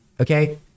okay